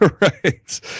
right